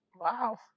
Wow